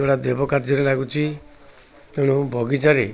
ଗୁଡ଼ା ଦେବ କାର୍ଯ୍ୟରେ ଲାଗୁଛି ତେଣୁ ବଗିଚାରେ